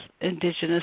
indigenous